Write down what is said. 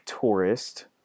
Tourist